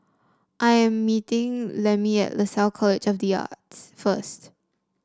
I am meeting Lemmie at Lasalle College of the Arts first